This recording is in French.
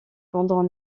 pendant